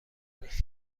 نیست